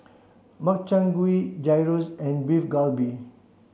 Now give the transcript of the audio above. Makchang Gui Gyros and Beef Galbi